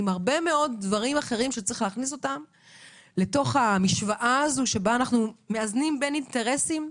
עם הרבה מאוד דברים אחרים שצריך להכניס למשוואה שמאזנת בין אינטרסים.